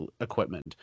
equipment